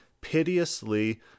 piteously